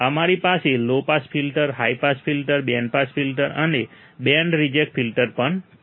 અમારી પાસે low pass filters high pass filters band pass filters અને બેન્ડ રિજેક્ટ ફિલ્ટર્સ પણ છે